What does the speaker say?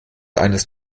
eines